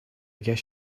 guess